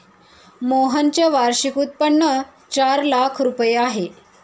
मोहनचे वार्षिक उत्पन्न चार लाख रुपये आहे